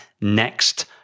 next